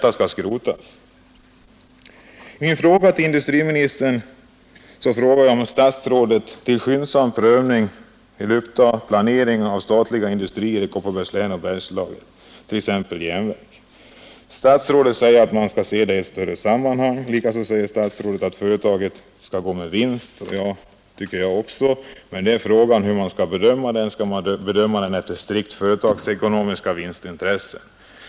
I min interpellation frågade jag om industriministern till skyndsam prövning ville uppta planering av statliga basindustrier i Kopparbergs län och Bergslagen, t.ex. järnverk. Statsrådet svarade att man måste se frågan i ett större sammanhang, och likaså sade statsrådet att företagen måste gå med vinst. Det tycker jag också, men frågan är om man skall bedöma det efter strikt företagsekonomiska vinstintressen.